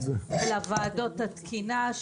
אלא ועדות התקינה,